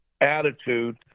attitude